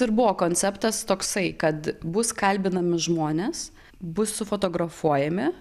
ir buvo konceptas toksai kad bus kalbinami žmonės bus sufotografuojami